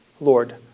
Lord